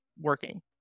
working